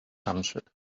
answered